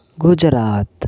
Gujarat